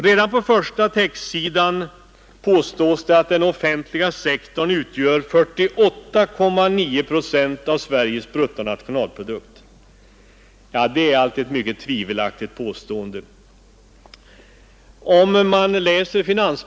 Redan på första textsidan påstås att den offentliga sektorn utgör 48,9 procent av Sveriges bruttonationalprodukt. Det är allt ett mycket tvivelaktigt påstående.